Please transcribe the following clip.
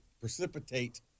precipitate